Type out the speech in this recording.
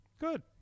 Good